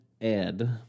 Ed